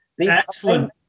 Excellent